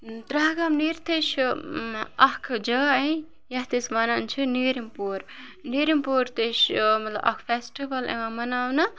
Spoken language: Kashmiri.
ترٛہ گام نیٖرتھٕے چھُ اَکھ جاے یَتھ أسۍ وَنان چھِ نیٖرِم پوٗر نیٖرِم پوٗر تہِ چھِ مطلب اَکھ فیسٹِوَل یِوان مَناونہٕ